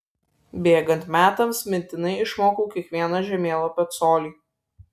bėgant metams mintinai išmokau kiekvieną žemėlapio colį